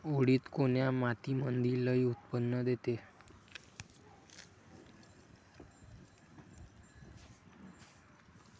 उडीद कोन्या मातीमंदी लई उत्पन्न देते?